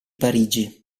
parigi